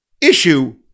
issue